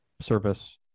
service